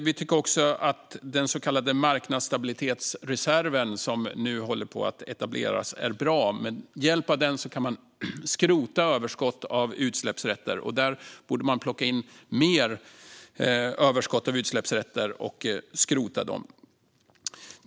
Vi tycker också att den så kallade marknadsstabilitetsreserven, som nu håller på att etableras, är bra. Med hjälp av den kan man skrota överskott av utsläppsrätter. Där borde man plocka in mer överskott av utsläppsrätter och skrota dem.